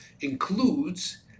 Includes